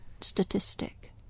statistic